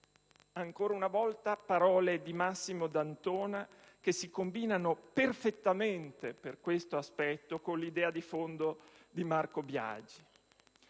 Ancora una volta parole di Massimo D'Antona, che si combinano perfettamente per questo aspetto con l'idea di fondo di Marco Biagi.